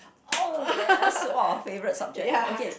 oh yes what was favourite subject okay